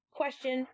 question